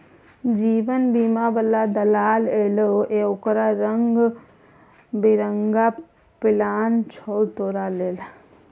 जीवन बीमा बला दलाल एलौ ये ओकरा लंग रंग बिरंग पिलान छौ तोरा लेल